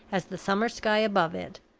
as the summer sky above it,